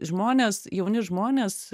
žmonės jauni žmonės